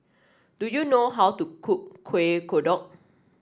do you know how to cook Kueh Kodok